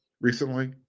recently